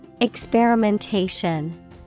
Experimentation